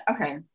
okay